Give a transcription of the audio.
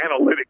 analytics